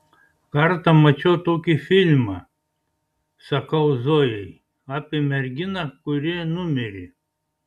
kartą mačiau tokį filmą sakau zojai apie merginą kuri numirė